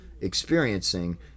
experiencing